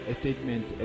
statement